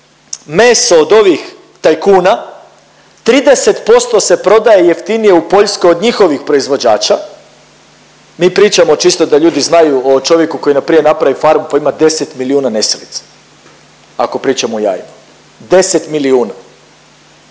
meso od ovih tajkuna, 30% se prodaje jeftinije u Poljskoj od njihovih proizvođača, mi pričamo čisto da ljudi znaju o čovjeku koji najprije napravi farmu pa ima 10 milijuna nesilica, ako pričamo o jajima. 10 milijuna.